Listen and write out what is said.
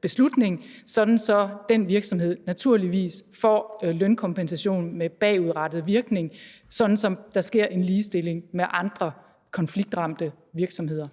beslutning, sådan at den virksomhed naturligvis får lønkompensation med bagudrettet virkning, sådan at der sker en ligestilling med andre konfliktramte virksomheder?